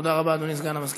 תודה רבה, אדוני סגן המזכירה.